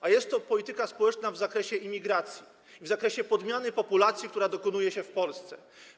A jest to polityka społeczna w zakresie imigracji, w zakresie podmiany populacji, która dokonuje się w Polsce.